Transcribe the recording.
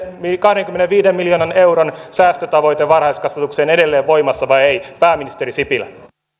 kahdenkymmenenviiden miljoonan euron säästötavoite varhaiskasvatukseen edelleen voimassa vai ei pääministeri sipilä